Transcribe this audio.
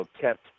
kept